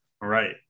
Right